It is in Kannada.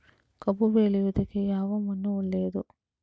ಕಬ್ಬು ಬೆಳೆಯುವುದಕ್ಕೆ ಯಾವ ಮಣ್ಣು ಒಳ್ಳೆಯದು?